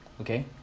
okay